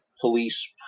police